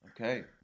Okay